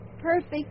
perfect